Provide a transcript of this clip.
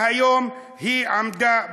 והיום היא עמדה בכך.